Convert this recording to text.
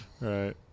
Right